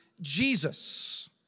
Jesus